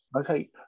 Okay